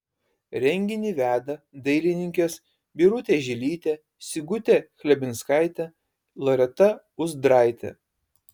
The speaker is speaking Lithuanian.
renginį veda dailininkės birutė žilytė sigutė chlebinskaitė loreta uzdraitė